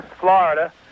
Florida